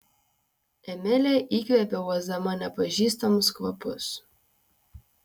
emilė įkvėpė uosdama nepažįstamus kvapus